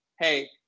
Hey